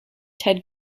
ted